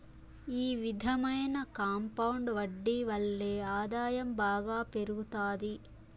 ఈ విధమైన కాంపౌండ్ వడ్డీ వల్లే ఆదాయం బాగా పెరుగుతాది